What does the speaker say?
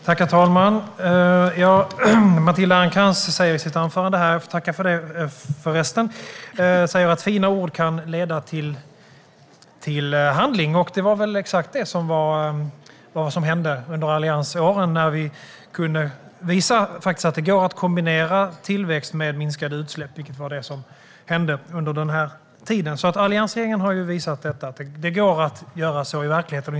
Herr talman! Jag får tacka Matilda Ernkrans för hennes anförande. Där säger hon att fina ord kan leda till handling, och det var väl exakt det som hände under alliansåren när vi kunde visa att det faktiskt går att kombinera tillväxt med minskade utsläpp inte bara i ord utan också i verkligheten.